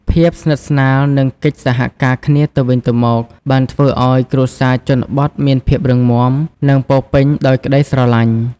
ភាពស្និទ្ធស្នាល និងកិច្ចសហការគ្នាទៅវិញទៅមក បានធ្វើឲ្យគ្រួសារជនបទមានភាពរឹងមាំ និងពោរពេញដោយក្តីស្រឡាញ់។